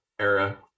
era